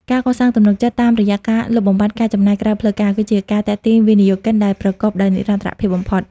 ការកសាងទំនុកចិត្តតាមរយៈការលុបបំបាត់ "ចំណាយក្រៅផ្លូវការ" គឺជាការទាក់ទាញវិនិយោគិនដែលប្រកបដោយនិរន្តរភាពបំផុត។